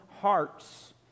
hearts